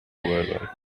well